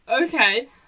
Okay